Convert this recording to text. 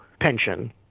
pension